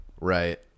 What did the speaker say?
right